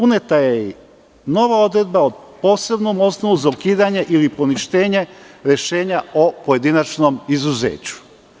Uneta je i nova odredba o posebnom osnovu za ukidanje ili poništenje rešenja o pojedinačnom izuzeću.